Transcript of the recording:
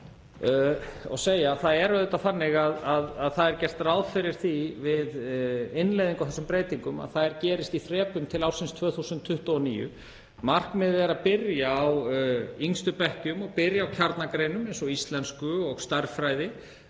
þetta andsvar og vil segja að það er gert ráð fyrir því við innleiðingu á þessum breytingum að þær gerist í þrepum til ársins 2029. Markmiðið er að byrja á yngstu bekkjum og byrja á kjarnagreinum eins og íslensku og stærðfræði,